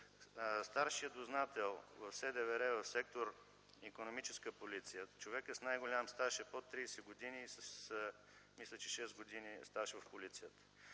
старшият дознател в СДВР в сектор „Икономическа полиция”, човекът с най-голям стаж е под 30 години и мисля с 6 години стаж в полицията.